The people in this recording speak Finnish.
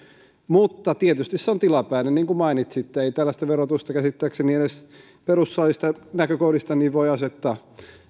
mutta tietysti se on tilapäinen niin kuin mainitsitte ei tällaista verotusta käsittääkseni edes perustuslaillisista näkökohdista voi asettaa